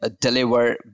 deliver